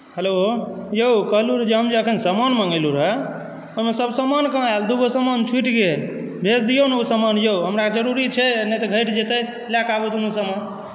hello यौ कहलू रहए जे हम जे अखन समान मङ्गेलू रहए ओहिमे सभ सामान कहाँ आयल दू गो समान छुटि गेल भेज दियौ ने उ सामान यौ हमरा जरूरी छै नहि तऽ घटि जेतै लए कऽ आबू दुनू सामान